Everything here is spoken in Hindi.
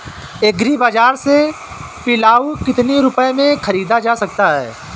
एग्री बाजार से पिलाऊ कितनी रुपये में ख़रीदा जा सकता है?